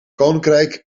koninkrijk